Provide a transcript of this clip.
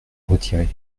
retirer